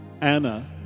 Anna